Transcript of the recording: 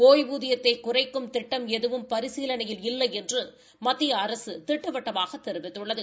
ஒய்வூதியத்தை குறைக்கும் திட்டம் எதுவும் பரிசீலனையில் இல்லை என்று மத்திய அரசு திட்டவட்டமாக தெரிவித்துள்ளது